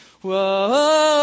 Whoa